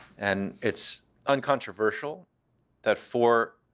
and it's uncontroversial that four